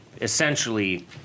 essentially